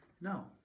No